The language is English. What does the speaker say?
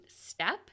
step